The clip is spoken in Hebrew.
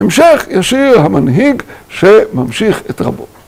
המשך ישיר המנהיג שממשיך את רבו.